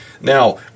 Now